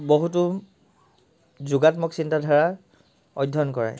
বহুতো যোগাত্মক চিন্তাধাৰা অধ্যয়ন কৰাই